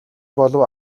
боловч